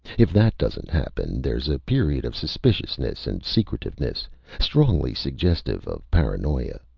if that doesn't happen, there's a period of suspiciousness and secretiveness strongly suggestive of paranoia.